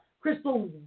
crystal